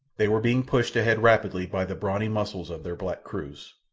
they were being pushed ahead rapidly by the brawny muscles of their black crews.